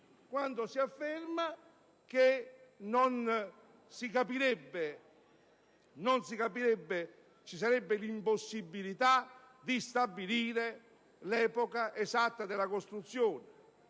quando si afferma che sarebbe impossibile stabilire l'epoca esatta della costruzione